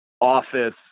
office